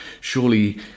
surely